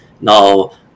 Now